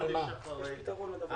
חודש אחרי.